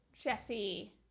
jesse